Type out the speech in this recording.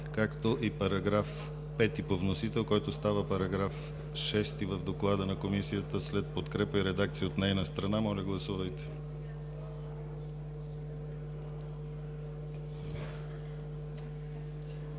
както и § 5 по вносител, който става § 6 в доклада на Комисията, след подкрепа и редакция от нейна страна. Моля, гласувайте.